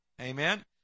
Amen